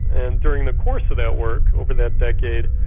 and during the course of that work, over that decade,